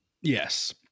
Yes